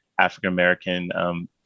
African-American